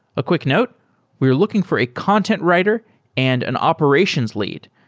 a quick note we are looking for a content writer and an operations lead.